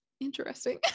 interesting